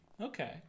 Okay